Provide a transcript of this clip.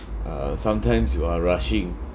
uh sometimes you are rushing